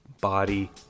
body